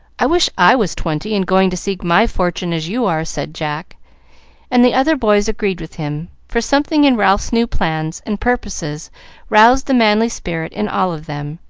i wish i was twenty, and going to seek my fortune, as you are, said jack and the other boys agreed with him, for something in ralph's new plans and purposes roused the manly spirit in all of them,